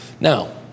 Now